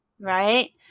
Right